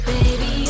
Baby